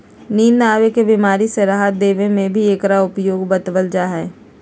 नींद न आवे के बीमारी से राहत देवे में भी एकरा उपयोग बतलावल जाहई